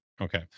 Okay